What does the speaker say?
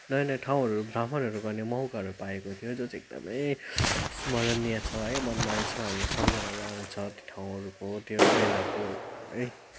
नयाँ नयाँ ठाउँहरू भ्रमणहरू गर्ने मौकाहरू पाएको थियो जो चाहिँ एकदमै स्मरणीय छ है मनमा अहिलेसम्म हामीलाई सम्झनाहरू आउँछ त्यो ठाउँहरूको त्यो बेलाको एकदमै